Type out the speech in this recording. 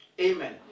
Amen